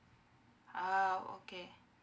ah okay